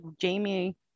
Jamie